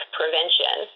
prevention